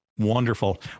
Wonderful